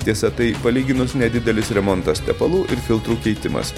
tiesa tai palyginus nedidelis remontas tepalų ir filtrų keitimas